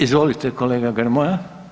Izvolite kolega Grmoja.